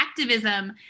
activism